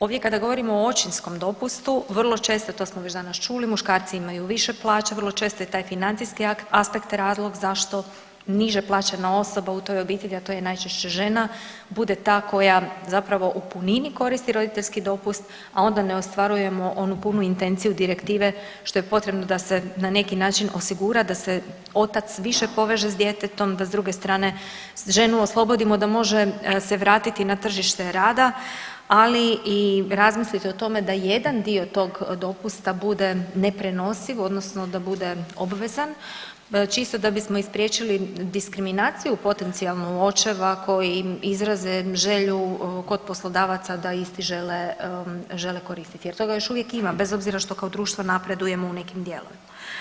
Ovdje kada govorimo o očinskom dopustu vrlo često, to smo već danas čuli muškarci imaju više plaće, vrlo često je taj financijski aspekt razlog zašto niže plaćena osoba u toj obitelji, a to je najčešće žena, bude ta koja zapravo u punini koristi roditeljski dopust, a onda ne ostvarujemo onu punu intenciju direktive što je potrebno da se na neki način osigura da se otac više poveže s djetetom, da s druge strane ženu oslobodimo da može se vratiti na tržište rada, ali i razmisliti o tome da jedan dio tog dopusta bude neprenosiv odnosno da bude obvezan čisto da bismo i spriječili diskriminaciju potencijalnu očeva koji izraze želju kod poslodavaca da isti žele, žele koristiti jer toga još uvijek ima bez obzira što kao društvo napredujemo u nekim dijelovima.